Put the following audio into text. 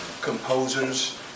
composers